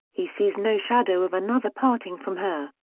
he sees no shadow of another parting from her.